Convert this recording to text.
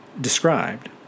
described